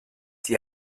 die